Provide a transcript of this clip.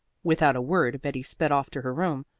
without a word betty sped off to her room.